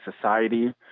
society